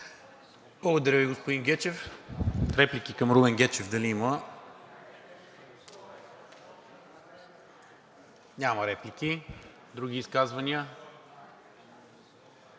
Благодаря Ви, господин Гечев. Реплики към Румен Гечев дали има? Няма. Други изказвания?